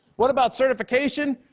what about certification?